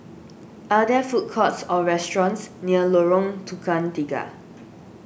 are there food courts or restaurants near Lorong Tukang Tiga